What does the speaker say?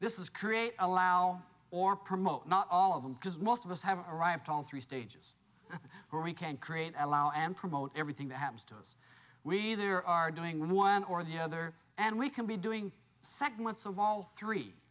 this is create allow or promote not all of them because most of us have arrived all through stages where we can create allow and promote everything that happens to us we there are doing with one or the other and we can be doing segments of all three